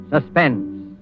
Suspense